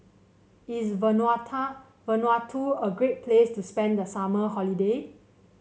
is Vanuatu a great place to spend the summer holiday